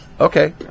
Okay